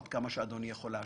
עד כמה שאדוני יכול להשיב.